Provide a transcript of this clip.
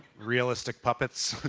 realistic puppets.